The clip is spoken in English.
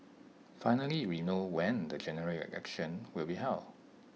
finally we know when the General Election will be held